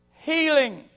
Healing